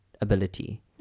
ability